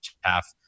half